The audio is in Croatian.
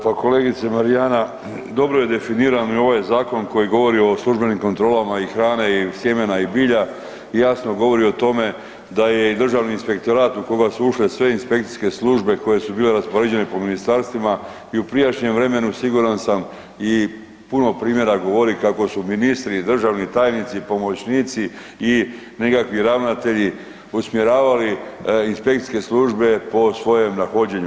Pa kolegice Marijana, dobro je definirano ovaj zakon koji govori o službenim kontrolama i hrane i sjemena i bilja i jasno govori o tome da je i Državni inspektorat u koga su ušle sve inspekcijske službe koje su bile raspoređene po ministarstvima i u prijašnjem vremenu, siguran sam i puno primjera govori kako su ministri i državni tajnici i pomoćnici i nekakvi ravnatelji usmjeravali inspekcijske službe po svojem nahođenju.